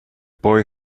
boy